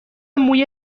موی